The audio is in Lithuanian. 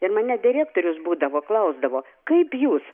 ir mane direktorius būdavo klausdavo kaip jūs